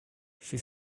she